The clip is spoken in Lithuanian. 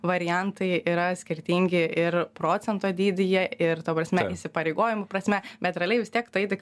variantai yra skirtingi ir procento dydyje ir ta prasme įsipareigojimų prasme bet realiai vis tiek tai tik